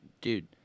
Dude